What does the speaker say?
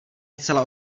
zcela